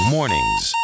Mornings